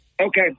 Okay